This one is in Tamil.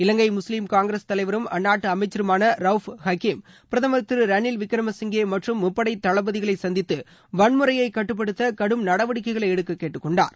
இலங்கை முஸ்லீம் காங்கிரஸ் தலைவரும் அந்நாட்டு அமைச்சருமான திரு ரவ்ஃப் ஹக்கீம் பிரதமா் திரு ரணில் விக்ரம சிங்கே மற்றும் முப்படை தளபதிகளை சந்தித்து வன்முறையை கட்டுப்படுத்த கடும் நடவடிக்கைகளை எடுக்க கேட்டுக்கொண்டார்